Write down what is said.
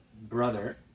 brother